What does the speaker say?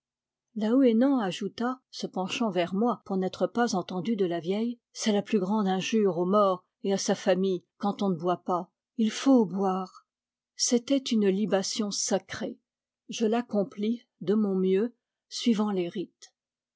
laouénan ajouta se penchant vers moi pour n'être pas entendu de la vieille c'est la plus grande injure au mort et à sa famille quand on ne boit pas il faut boire c'était une libation sacrée je l'accomplis de mon mieux suivant les rites